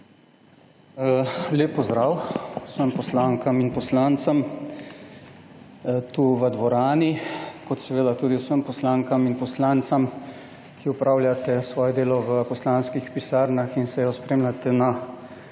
Lep pozdrav vsem poslankam in poslancem v dvorani kot tudi vsem poslankam in poslancem, ki opravljate svoje delo v poslanskih pisarnah in sejo spremljate na